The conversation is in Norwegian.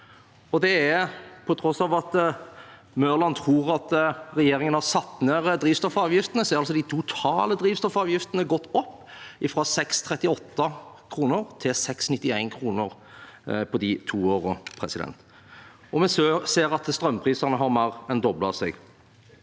av at representanten Mørland tror at regjeringen har satt ned drivstoffavgiftene, har altså de totale drivstoffavgiftene gått opp fra 6,38 kr til 6,91 kr på de to årene, og vi ser at strømprisene har mer enn doblet seg,